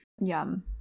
Yum